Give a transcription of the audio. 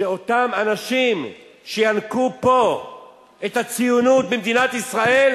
שאותם אנשים שינקו פה את הציונות במדינת ישראל